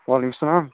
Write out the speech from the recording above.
وعلیکُم اسلام